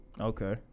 Okay